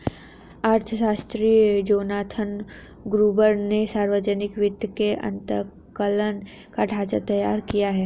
अर्थशास्त्री Jonathan Gruber ने सावर्जनिक वित्त के आंकलन का ढाँचा तैयार किया है